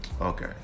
Okay